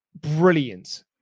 brilliant